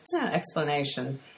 explanation